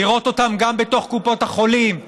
לראות אותם גם בתוך קופות החולים,